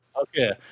Okay